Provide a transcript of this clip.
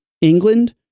England